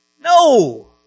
No